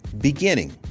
beginning